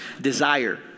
desire